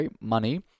Money